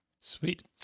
Sweet